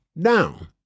Down